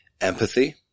empathy